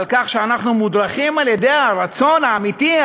על כך שאנחנו מודרכים על-ידי הרצון האמיתי,